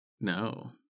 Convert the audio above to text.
no